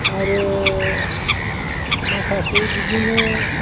आरो माखासे बिदिनो